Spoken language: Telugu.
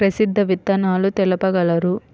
ప్రసిద్ధ విత్తనాలు తెలుపగలరు?